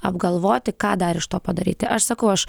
apgalvoti ką dar iš to padaryti aš sakau aš